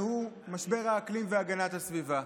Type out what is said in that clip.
והוא משבר האקלים והגנת הסביבה.